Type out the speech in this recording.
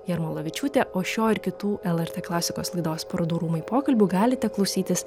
jarmolavičiūtė o šio ir kitų lrt klasikos laidos parodų rūmai pokalbių galite klausytis